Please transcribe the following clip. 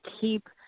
keep